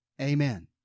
Amen